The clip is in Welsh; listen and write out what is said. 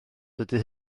dydy